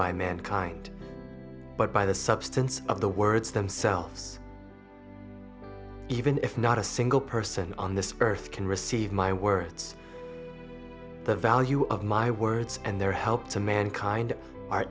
by mankind but by the substance of the words themselves even if not a single person on this earth can receive my words the value of my words and their help to mankind